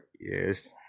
Yes